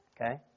Okay